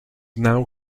now